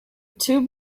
tube